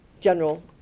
general